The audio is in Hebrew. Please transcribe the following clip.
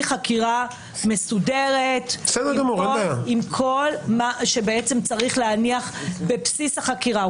חקירה מסודרת עם כל מה שצריך להניח בבסיס החקירה.